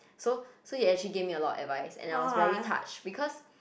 so so he actually gave me a lot of advice and I was very touched because